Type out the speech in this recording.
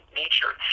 nature